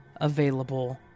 available